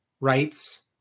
rights